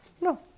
No